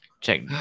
check